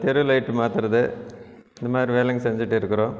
தெரு லைட் மாற்றுறது இது மாதிரி வேலைங்க செஞ்சுட்டு இருக்கிறோம்